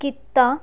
ਕੀਤਾ